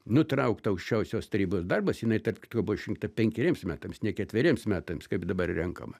nutraukt aukščiausios tarybos darbas jinai tarp kitko buvo išrinkta penkeriems metams ne ketveriems metams kaip dabar renkama